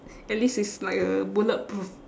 at least it's like uh bulletproof